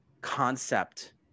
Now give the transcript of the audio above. concept